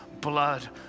blood